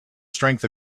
strength